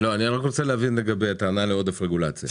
אני רוצה להבין לגבי הטענה לעודף רגולציה.